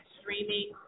streaming